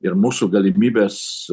ir mūsų galimybės